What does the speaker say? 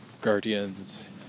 guardians